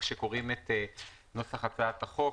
כשקוראים את נוסח הצעת חוק,